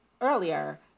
earlier